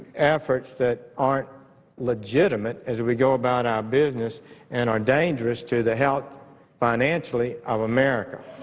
efforts that aren't legitimate as we go about our business and are dangerous to the health financially of america.